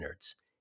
nerds